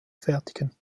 fertigen